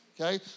okay